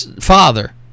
father